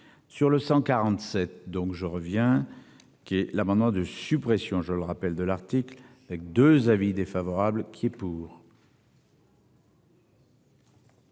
Sur le 147 donc je reviens. Qui est l'amendement de suppression, je le rappelle de l'article avec 2 avis défavorable qui est pour.